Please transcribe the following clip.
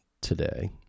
today